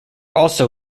also